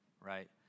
right